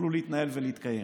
יוכלו להתנהל ולהתקיים,